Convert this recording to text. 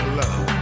love